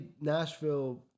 Nashville